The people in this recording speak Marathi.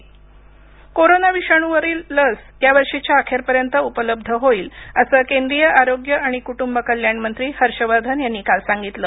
हर्षवर्धन लस कोरोना विषाणूवरील लस यावर्षीच्या अखेरपर्यंत उपलब्ध होईल असं केंद्रीय आरोग्य आणि कुटुंब कल्याण मंत्री हर्षवर्धन यांनी काल सांगितलं